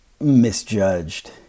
misjudged